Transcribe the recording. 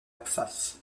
pfaff